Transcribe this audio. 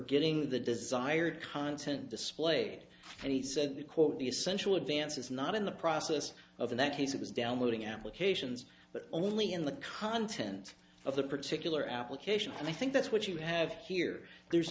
getting the desired content displayed and he said quote the essential advance is not in the process of that case it was downloading applications but only in the content of the particular application and i think that's what you have here there's